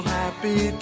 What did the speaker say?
happy